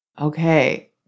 okay